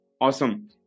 Awesome